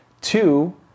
Two